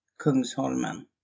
Kungsholmen